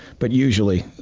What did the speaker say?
but usually,